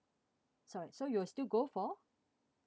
sorry so you will still go for